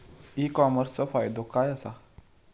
E कॉमर्सचो फायदो काय असा?